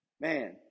Man